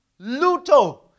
luto